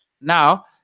Now